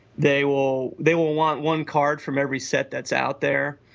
they will, they will want one card from every set that's out there.